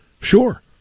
Sure